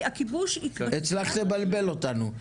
הצלחת לבלבל אותנו.